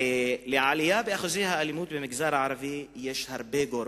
לעלייה בשיעורי האלימות במגזר הערבי יש הרבה גורמים,